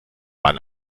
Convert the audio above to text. mann